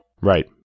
Right